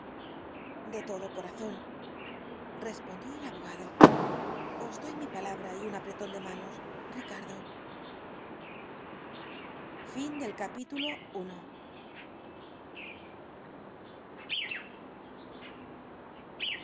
de todo corazón respondió el abogado os doy mi palabra y un apretón de manos ricardo